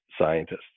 scientists